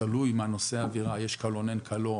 תלוי מה נושא האווירה יש קלון או אין קלון,